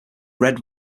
red